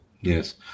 Yes